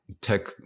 tech